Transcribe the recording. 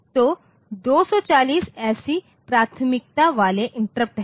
तो 240 ऐसी प्राथमिकता वाले इंटरप्ट हैं